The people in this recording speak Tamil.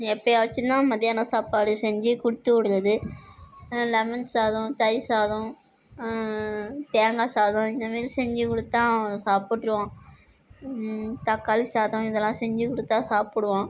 எப்பயாச்சும் தான் மத்தியான சாப்பாடு செஞ்சு கொடுத்துவுட்றது லெமன் சாதம் தயிர் சாதம் தேங்காய் சாதம் இந்த மாதிரி செஞ்சு கொடுத்தா அவன் சாப்புட்டுருவான் தக்காளி சாதம் இதெல்லாம் செஞ்சி கொடுத்தா சாப்பிடுவான்